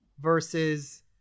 versus